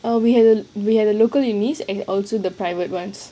err we had err we had local uni and also the private [ones]